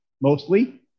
mostly